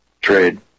trade